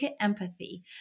empathy